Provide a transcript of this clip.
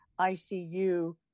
ICU